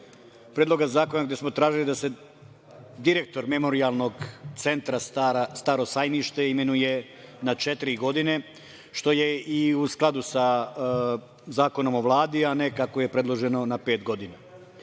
Predloga zakona, gde smo tražili da se direktor Memorijalnog centra „Staro sajmište“ imenuje na četiri godine, što je i u skladu sa Zakonom o Vladi, a ne kako je predloženo na pet godina. Retko